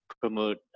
promote